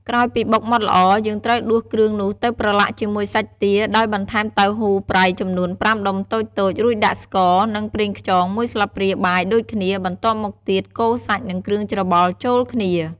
ក្រោយពីបុកម៉ដ្ឋល្អ យើងត្រូវដួសគ្រឿងនោះទៅប្រឡាក់ជាមួយសាច់ទា ដោយបន្ថែមតៅហ៊ូប្រៃចំនួន ៥ដុំតូចៗ រួចដាក់ស្ករ និង ប្រេងខ្យង ១ស្លាបព្រាបាយដូចគ្នា បន្ទាប់មកទៀត កូរសាច់ និងគ្រឿងច្របល់ចូលគ្នា។